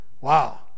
Wow